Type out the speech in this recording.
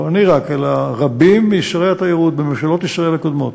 לא רק אני אלא רבים משרי התיירות בממשלות ישראל הקודמות,